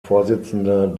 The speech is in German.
vorsitzender